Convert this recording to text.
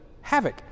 Havoc